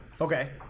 Okay